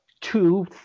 two